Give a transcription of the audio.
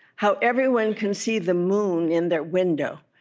how everyone can see the moon in their window,